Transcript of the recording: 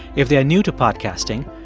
if they are new to podcasting,